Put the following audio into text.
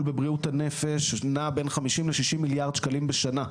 בבריאות הנפש נע בין 50 ל-60 מיליארד שקלים בשנה.